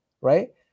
right